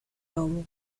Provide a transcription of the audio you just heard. lobo